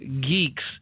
geeks